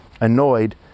Annoyed